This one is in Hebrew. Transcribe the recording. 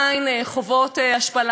כי המסר לא מחודד.